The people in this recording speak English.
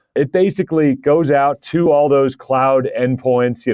it basically goes out to all those cloud endpoints, yeah